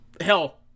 hell